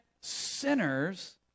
sinners